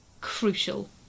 crucial